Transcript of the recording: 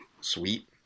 sweet